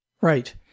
Right